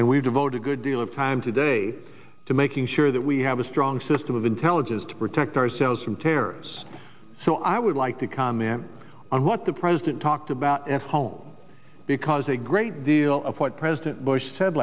and we devote a good deal of time today to making sure that we have a strong system of intelligence to protect ourselves from terrorists so i would like to comment on what the president talked about at home because a great deal of what president bush said